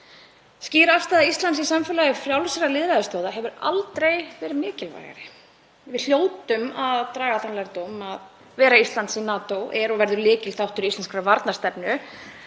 Skýr afstaða Íslands í samfélagi frjálsra lýðræðisþjóða hefur aldrei verið mikilvægari en við hljótum að draga þann lærdóm að vera Íslands í NATO er og verður lykilþáttur íslenskrar varnarstefnu